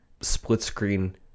split-screen